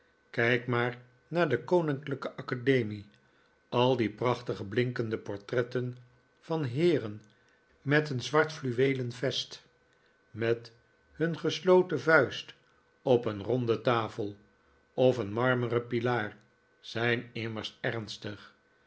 kijk maar naar de koninklijke academie al die prachtige blinkende portretten van heeren met een zwart fluweelen vest met hun gesloten vuist op een ronde tafel of een marmeren pilaar zijn immers ernstig